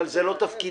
אבל זה לא תפקידי.